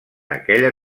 aquella